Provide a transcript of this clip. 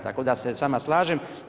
Tako da se sa vama slažem.